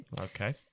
Okay